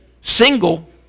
single